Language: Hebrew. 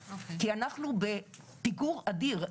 כי אנחנו בפיגור אדיר.